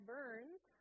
Burns